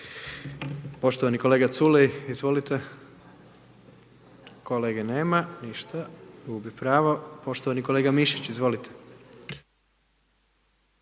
Poštovani kolega Culej, izvolite. Kolege nema, gubi pravo. Poštovani kolega Mišić, izvolite.